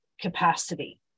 capacity